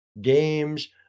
games